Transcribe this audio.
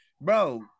bro